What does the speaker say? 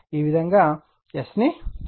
ఈ విధంగా s ను చదవండి